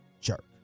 jerk